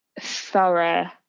thorough